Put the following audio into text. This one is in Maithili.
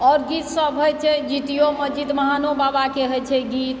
आओर गीत सब होइत छै जीतियोमे जितवाहनो बाबाके होइत छै गीत